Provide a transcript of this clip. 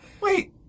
wait